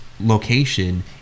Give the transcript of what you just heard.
location